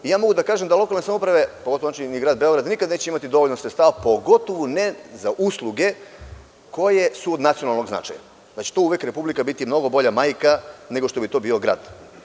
Ja mogu da kažem da lokalne samouprave, pogotovo ni grad Beograd, nikad neće imati dovoljno sredstava, pogotovo ne za usluge koje su od nacionalnog značaja, da će tu Republika uvek biti mnogo bolja majka nego što bi to bio grad.